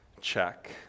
check